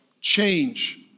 change